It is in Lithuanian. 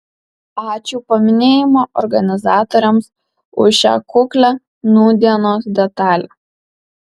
ačiū paminėjimo organizatoriams už šią kuklią nūdienos detalę